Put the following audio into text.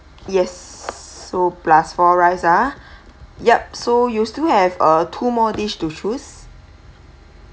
yes so plus four rice ah yup so you still have a two more dish to choose